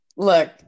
Look